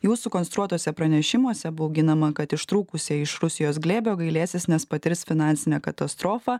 jų sukonstruotuose pranešimuose bauginama kad ištrūkusią iš rusijos glėbio gailėsis nes patirs finansinę katastrofą